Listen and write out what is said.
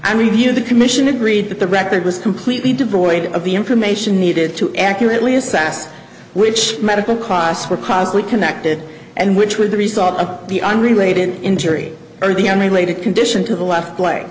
and review the commission agreed that the record was completely devoid of the information needed to accurately assess which medical costs were possibly connected and which was the result of the unrelated injury or the unrelated condition to the left play